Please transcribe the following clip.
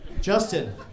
Justin